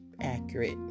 accurate